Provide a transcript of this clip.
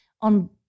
on